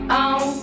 on